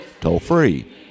toll-free